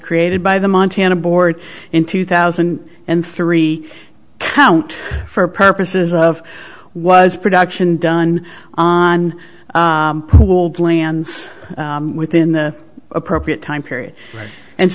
created by the montana board in two thousand and three count for purposes of was production done on plans within the appropriate time period and